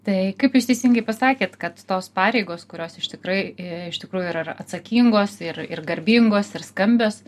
tai kaip jūs teisingai pasakėt kad tos pareigos kurios iš tikrai iš tikrųjų yra ir atsakingos ir ir garbingos ir skambios